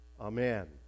Amen